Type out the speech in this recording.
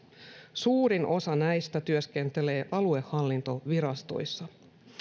suurin osa näistä työskentelee aluehallintovirastoissa